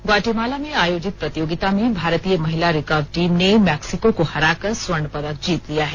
Guatemala में आयोजित प्रतियोगिता में भारतीय महिला रिकर्व टीम ने मैक्सिको को हराकर स्वर्ण पदक जीत लिया है